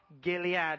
Gilead